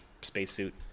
spacesuit